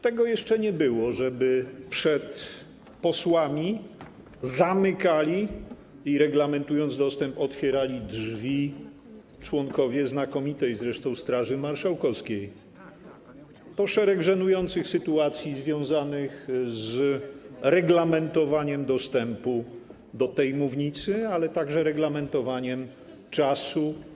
Tego jeszcze nie było, żeby przed posłami zamykali i, reglamentując dostęp, otwierali drzwi członkowie, znakomitej zresztą, Straży Marszałkowskiej, po szereg żenujących sytuacji związanych z reglamentowaniem dostępu do tej mównicy, ale także reglamentowaniem czasu.